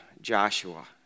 Joshua